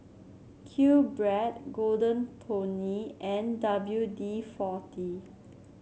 QBread Golden Peony and W D forty